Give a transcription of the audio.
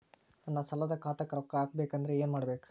ನನ್ನ ಸಾಲದ ಖಾತಾಕ್ ರೊಕ್ಕ ಹಾಕ್ಬೇಕಂದ್ರೆ ಏನ್ ಮಾಡಬೇಕು?